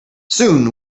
soon